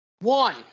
one